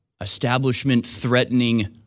Establishment-threatening